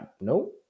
no